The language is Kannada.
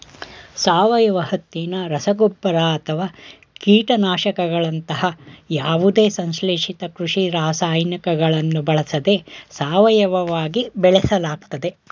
ಸಾವಯವ ಹತ್ತಿನ ರಸಗೊಬ್ಬರ ಅಥವಾ ಕೀಟನಾಶಕಗಳಂತಹ ಯಾವುದೇ ಸಂಶ್ಲೇಷಿತ ಕೃಷಿ ರಾಸಾಯನಿಕಗಳನ್ನು ಬಳಸದೆ ಸಾವಯವವಾಗಿ ಬೆಳೆಸಲಾಗ್ತದೆ